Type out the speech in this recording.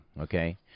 Okay